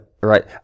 right